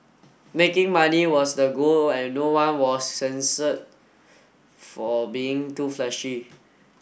making money was the goal and no one was censer for being too flashy